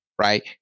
right